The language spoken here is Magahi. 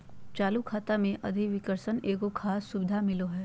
चालू खाता मे अधिविकर्षण एगो खास सुविधा मिलो हय